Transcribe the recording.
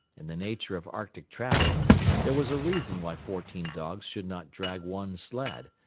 in the nature of arctic travel there was a reason why fourteen dogs should not drag one sled,